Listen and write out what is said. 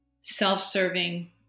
self-serving